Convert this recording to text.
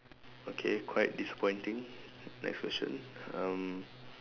okay quite disappointing next question um